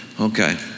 Okay